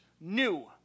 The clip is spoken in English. new